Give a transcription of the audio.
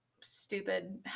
stupid